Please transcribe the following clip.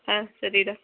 ಹಾಂ ಸರಿ ಡಾಕ್ಟರ್